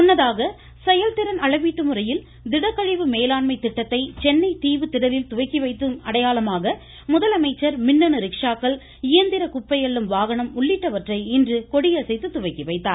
முன்னதாக செயல்திறன் அளவீட்டு முறையில் திடக்கழிவு மேலாண்மை திட்டத்தை சென்னை தீவுத்திடலில் துவக்கிவைக்கும் அடையாளமாக முதலமைச்சர் மின்னணு ரிக்ஷாக்கள் இயந்திர குப்பை அள்ளும் வாகனம் உள்ளிட்டவற்றை இன்று கொடியசைத்து துவக்கி வைத்தார்